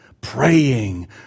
praying